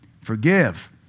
Forgive